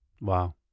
wow